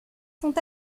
sont